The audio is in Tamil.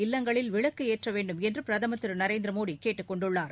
இல்லங்களில் விளக்கு ஏற்ற வேண்டும் என்று பிரதம் திரு நரேந்திர மோடி கேட்டுக்கொண்டுள்ளார்